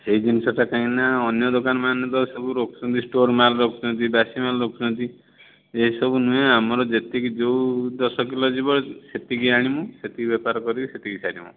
ସେହି ଜିନିଷଟା କାହିଁକି ନା ଅନ୍ୟ ଦୋକାନ ମାନେ ତ ସବୁ ରଖୁଛନ୍ତି ଷ୍ଟୋର ମାଲ ରଖୁଛନ୍ତି ବାସୀ ମାଲ ରଖୁଛନ୍ତି ଏହିସବୁ ନୁହେଁ ଆମର ଯେତିକି ଯେଉଁ ଦଶ କିଲୋ ଯିବ ସେତିକି ଆଣିବୁ ସେତିକି ବେପାର କରିକି ସେତିକି ସାରିବୁ